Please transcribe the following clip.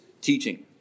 teaching